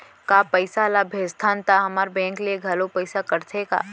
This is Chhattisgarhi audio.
का पइसा ला भेजथन त हमर बैंक ले घलो पइसा कटथे का?